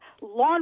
law